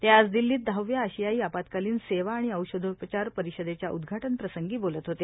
ते आज दिल्लीत दहाव्या आशियाई आपत्कालीन सेवा आणि औषधोपचार परिषदेच्या उद्घाटनप्रसंगी बोलत होते